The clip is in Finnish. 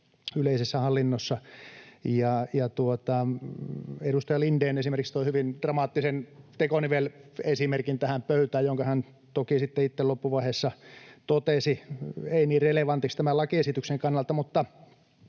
yleisessä hallinnossa. Edustaja Lindén esimerkiksi toi hyvin dramaattisen tekonivelesimerkin tähän pöytään, jonka hän toki sitten itse loppuvaiheessa totesi ei niin relevantiksi tämän lakiesityksen kannalta. Mutta